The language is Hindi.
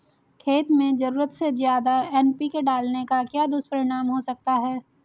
खेत में ज़रूरत से ज्यादा एन.पी.के डालने का क्या दुष्परिणाम हो सकता है?